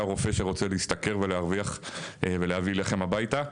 הרופא שרוצה להשתכר ולהרוויח ולהביא לחם הביתה.